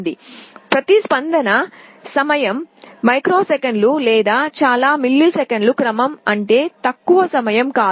ఇది మీరు గుర్తుంచుకోవాలి అంటే ప్రతిస్పందన సమయం మైక్రోసెకన్లు లేదా మిల్లీసెకన్ల చాలా తక్కువ క్రమం కాదు